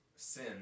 sin